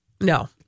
No